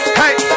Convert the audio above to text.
hey